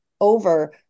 over